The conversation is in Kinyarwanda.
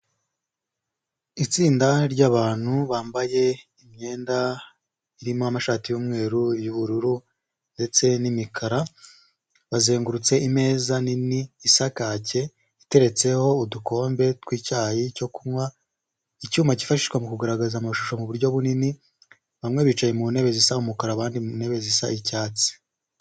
Itsinda ry'abantu bambaye imyenda irimo amashati y'umweru, iy'ubururu ndetse n'imikara bazengurutse imeza nini isa kake iteretseho udukombe tw'icyayi cyo kunywa. Icyuma cyifashishwa mu kugaragaza amashusho mu buryo bunini, bamwe bicaye mu ntebe zisa umukara abandi mu ntebe zisa icyatsi.